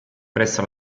presso